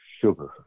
sugar